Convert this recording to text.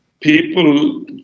people